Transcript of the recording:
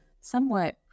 somewhat